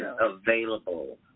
Available